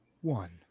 one